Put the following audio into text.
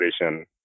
operation